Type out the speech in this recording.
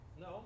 No